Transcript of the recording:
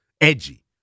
edgy